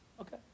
Okay